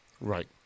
Right